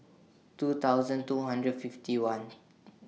two thousand two hundred fifty one